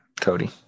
Cody